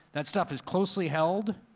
that stuff is closely held,